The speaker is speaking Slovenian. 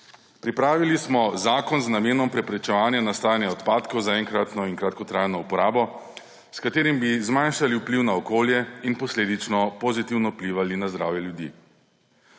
Pripravili smo zakon z namenom preprečevanja nastajanja odpadkov za enkratno in kratkotrajno uporabo, s katerim bi zmanjšali vpliv na okolje in posledično pozitivno vplivali na zdravje ljudi.